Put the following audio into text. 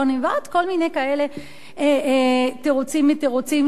ועוד כל מיני כאלה תירוצים מתירוצים שונים,